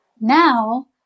Now